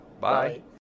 Bye